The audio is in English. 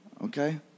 okay